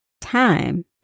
time